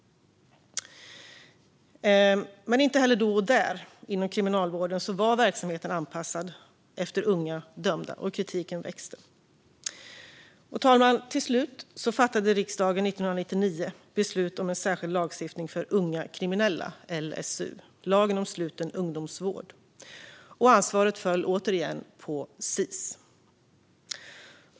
Men inte heller då och där, inom kriminalvården, var verksamheten anpassad efter unga dömda, och kritiken växte. Till slut, år 1999, fattade riksdagen beslut om en särskild lagstiftning för unga kriminella: LSU, lagen om sluten ungdomsvård. Ansvaret föll återigen på Sis.